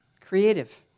creative